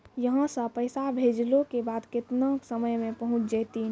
यहां सा पैसा भेजलो के बाद केतना समय मे पहुंच जैतीन?